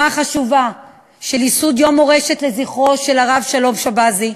החשובה של ייסוד יום מורשת לזכרו של הרב שלום שבזי,